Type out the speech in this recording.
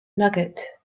nougat